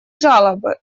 жалобы